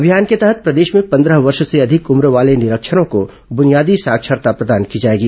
अभियान के तहत प्रदेश में पंद्रह वर्ष से अधिक उम्र वाले निरक्षरों को बुनियादी साक्षरता प्रदान की जाएगी